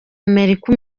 amerika